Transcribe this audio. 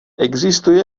existuje